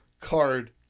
card